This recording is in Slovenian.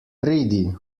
pridi